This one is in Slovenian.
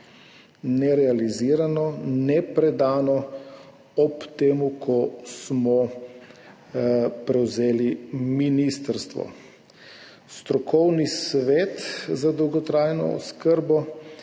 nerealizirano, nepredano ob prevzemu ministrstva. Strokovni svet za dolgotrajno oskrbo